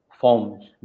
forms